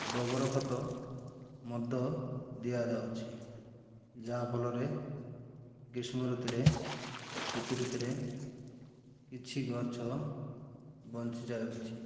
ଗୋବର ଖତ ମଧ୍ୟ ଦିଆଯାଉଛି ଯାହାଫଳରେ ଗ୍ରୀଷ୍ମ ଋତୁରେ ଶୀତ ଋତୁରେ କିଛି ଗଛ ବଞ୍ଚିଯାଉଛି